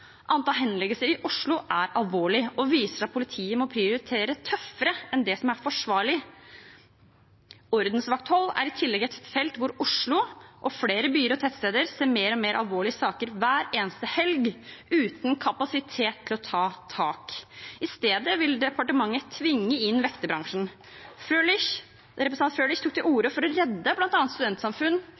Antall henleggelser i Oslo er alvorlig og viser at politiet må prioritere tøffere enn det som er forsvarlig. Ordensvakthold er i tillegg et felt der Oslo og flere byer og tettsteder ser mer og mer alvorlige saker hver eneste helg uten kapasitet til å ta tak. I stedet vil departementet tvinge inn vekterbransjen. Representanten Frølich tok til orde for å redde bl.a. studentsamfunn,